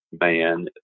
man